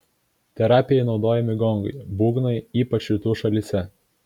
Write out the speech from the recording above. terapijai naudojami gongai būgnai ypač rytų šalyse